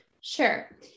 Sure